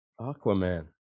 Aquaman